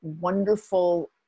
wonderful